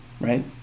Right